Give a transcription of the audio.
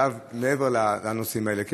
עכשיו מעבר לנושאים האלה.